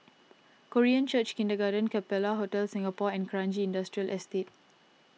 Korean Church Kindergarten Capella Hotel Singapore and Kranji Industrial Estate